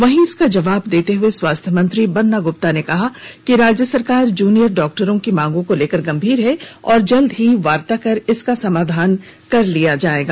वहीं इसका जवाब देते हुए स्वास्थ्य मंत्री बन्ना गुप्ता ने कहा है कि राज्य सरकार जूनियर डॉक्टरों की मांगों को लेकर गंभीर है और जल्द ही वार्ता कर इसका समाधान कर लिया जायेगा